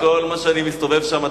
אתה כל הזמן חי בחושך.